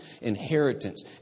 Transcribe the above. inheritance